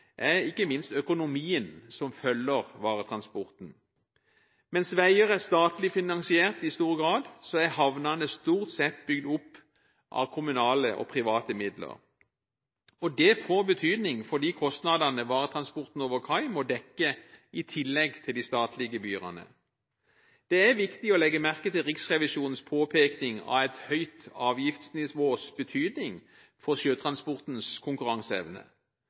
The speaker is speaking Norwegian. ikke minst økonomien som følger varetransporten. Mens veier er statlig finansiert i stor grad, er havnene stort sett bygd opp av kommunale og private midler. Det får betydning for de kostnadene som varetransporten over kai må dekke, i tillegg til de statlige gebyrene. Det er viktig å legge merke til Riksrevisjonens påpekning av et høyt avgiftsnivås betydning for sjøtransportens konkurranseevne.